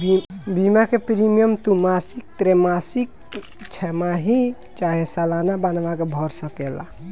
बीमा के प्रीमियम तू मासिक, त्रैमासिक, छमाही चाहे सलाना बनवा के भर सकेला